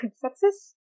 Success